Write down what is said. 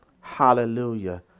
hallelujah